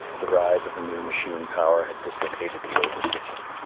the rise of the new machine power had dislocated the older system.